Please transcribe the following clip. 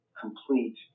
complete